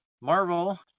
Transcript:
marvel